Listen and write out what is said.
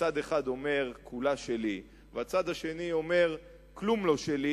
כשצד אחד אומר "כולה שלי" והצד השני אומר "כלום לא שלי,